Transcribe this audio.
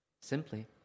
simply